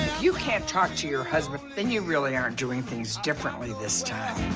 you can't talk to your husband, then you really aren't doing things differently this time.